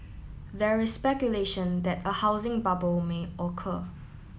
there is speculation that a housing bubble may occur